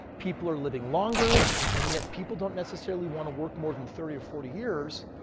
people are living longer and yet people don't necessarily want to work more than thirty or forty years.